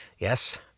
Yes